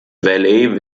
valley